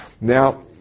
Now